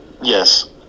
Yes